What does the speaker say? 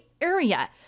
area